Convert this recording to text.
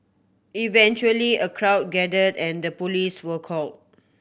eventually a crowd gathered and the police were called